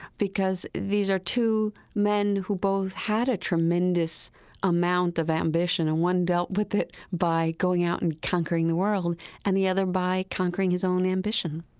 because these are two men who both had a tremendous amount of ambition. and one dealt with it by going out and conquering the world and the other by conquering his own ambition